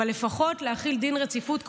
אבל לפחות להחיל דין רציפות,